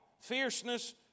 Fierceness